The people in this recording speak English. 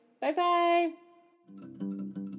Bye-bye